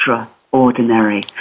extraordinary